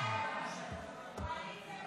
ההצעה להעביר את הצעת חוק לתיקון דיני